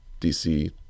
DC